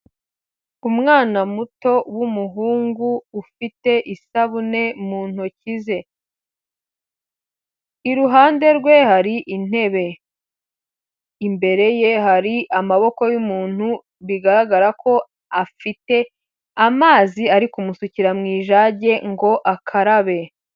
Umwana muto w'umuhungu ufite isabune mu ntoki ze, iruhande rwe hari intebe, imbere ye hari amaboko y'umuntu bigaragara ko afite amazi ari kumusukira mu ijage ngo akarabe.